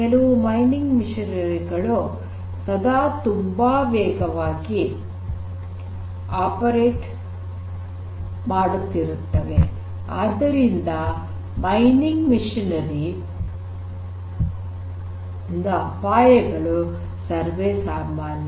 ಕೆಲವು mining machinery ಗಳು ಸದಾ ತುಂಬ ವೇಗವಾಗಿ ಆಪರೇಟ್ ಮಾಡುತ್ತಿರುತ್ತವೆ ಆದ್ದರಿಂದ ಮೈನಿಂಗ್ ಮೆಷಿನರಿ ಯಿಂದ ಅಪಾಯಗಳು ಸರ್ವೇ ಸಾಮಾನ್ಯ